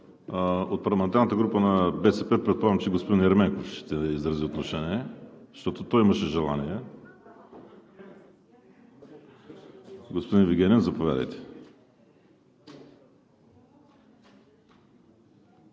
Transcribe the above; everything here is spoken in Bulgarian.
От парламентарната група на „БСП за България“, предполагам, че господин Ерменков ще изрази отношение, защото той имаше желание. Господин Вигенин, заповядайте.